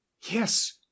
yes